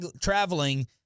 traveling